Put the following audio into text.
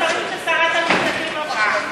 טלי, המספרים ששרת המשפטים אמרה.